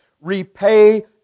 Repay